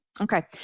Okay